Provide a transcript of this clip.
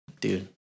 Dude